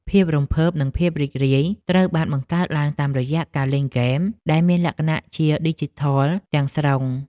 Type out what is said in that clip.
ភាពរំភើបនិងភាពរីករាយត្រូវបានបង្កើតឡើងតាមរយៈការលេងហ្គេមដែលមានលក្ខណៈជាឌីជីថលទាំងស្រុង។